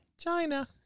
China